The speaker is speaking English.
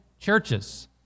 churches